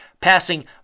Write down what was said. passing